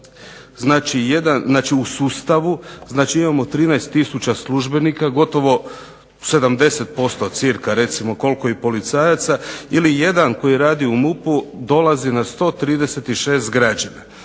u sustavu imamo 13000 službenika, gotovo 70% cca recimo koliko i policajaca ili jedan koji radi u MUP-u dolazi na 136 građana.